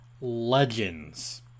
legends